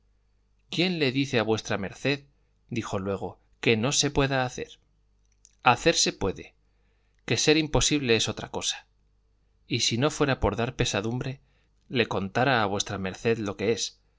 quién le dice a v md dijo luego que no se pueda hacer hacerse puede que ser imposible es otra cosa y si no fuera por dar pesadumbre le contara a v md lo que es